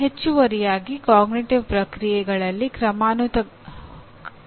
ಹೆಚ್ಚುವರಿಯಾಗಿ ಅರಿವಿನ ಪ್ರಕ್ರಿಯೆಗಳಲ್ಲಿ ಕ್ರಮಾನುಗತವಿದೆ